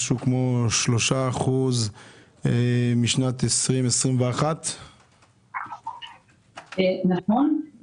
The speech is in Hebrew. משהו כמו 3% משנת 2021. נכון.